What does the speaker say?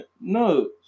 No